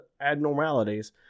abnormalities